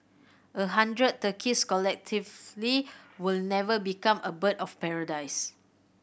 a hundred turkeys collectively will never become a bird of paradise